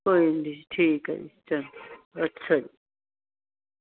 ਕੋਈ ਨਹੀਂ ਜੀ ਠੀਕ ਆ ਜੀ ਚੱਲ ਅੱਛਾ ਜੀ